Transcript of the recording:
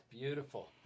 Beautiful